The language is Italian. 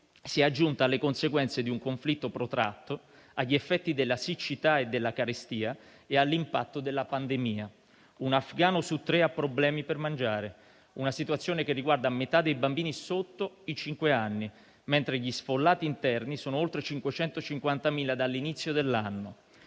si è aggiunta alle conseguenze di un conflitto protratto, agli effetti della siccità e della carestia e all'impatto della pandemia. Un afghano su tre ha problemi per mangiare, una situazione che riguarda metà dei bambini al di sotto dei cinque anni, mentre gli sfollati interni sono oltre 550.000 dall'inizio dell'anno.